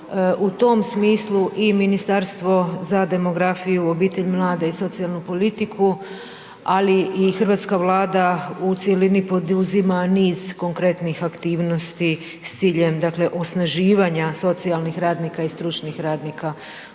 u tom smislu i Ministarstvo za demografiju, obitelj, mlade i socijalnu politiku, ali i hrvatska Vlada u cjelini poduzima niz konkretnih aktivnosti s ciljem, dakle, osnaživanja socijalnih radnika i stručnih radnika